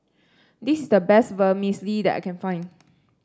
this is the best Vermicelli that I can find